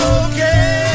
okay